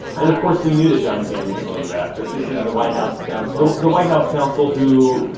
and of course, we knew that don mcgahn was going to leave after the. this is the white house counsel the white house counsel who,